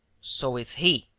so is he.